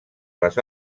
les